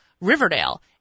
Riverdale